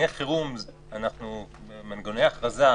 במנגנוני הכרזה,